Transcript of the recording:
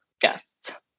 guests